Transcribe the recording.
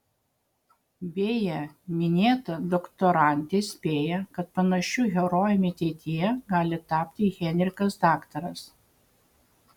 beje minėta doktorantė spėja kad panašiu herojumi ateityje gali tapti henrikas daktaras